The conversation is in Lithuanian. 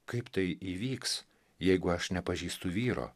kaip tai įvyks jeigu aš nepažįstu vyro